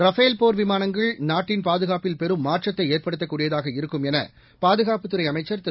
Rafale போர் விமானங்கள் நாட்டின் பாதுகாப்பில் பெரும் மாற்றத்தை ஏற்படுத்தக்கூடியதாக இருக்கும் என பாதுகாப்புத்துறை அமைச்சர் திரு